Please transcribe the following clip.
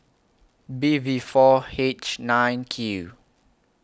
B V four H nine Q